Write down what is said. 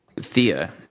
Thea